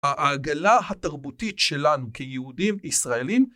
העגלה התרבותית שלנו כיהודים ישראלים